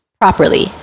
properly